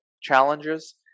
challenges